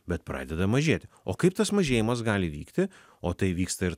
bet pradeda mažėti o kaip tas mažėjimas gali vykti o tai vyksta ir